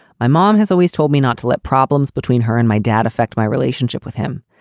my mom has always told me not to let problems between her and my dad affect my relationship with him.